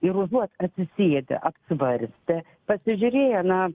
ir užuot atsisėdę apsvarstę pasižiūrėję na